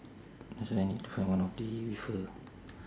that's why I need to find one off day with her